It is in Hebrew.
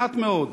מעט מאוד,